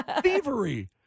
Thievery